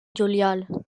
juliol